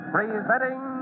Presenting